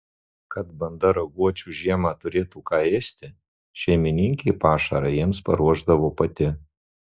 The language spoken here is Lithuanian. kad banda raguočių žiemą turėtų ką ėsti šeimininkė pašarą jiems paruošdavo pati